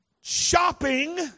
shopping